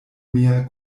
mia